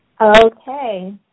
Okay